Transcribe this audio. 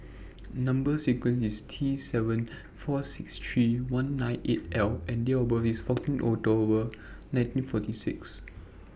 Number sequence IS T seven four six three one nine eight L and Date of birth IS fourteen October nineteen forty six